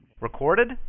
Recorded